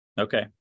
Okay